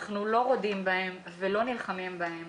אנחנו לא רודים בהן ולא נלחמים בהן,